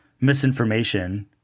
misinformation